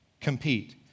compete